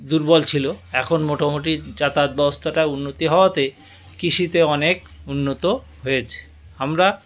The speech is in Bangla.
দুর্বল ছিল এখন মোটামুটি যাতায়াত ব্যবস্থাটা উন্নতি হওয়াতে কৃষিতে অনেক উন্নত হয়েছে আমরা